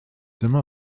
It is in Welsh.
dyma